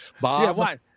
Bob